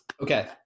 okay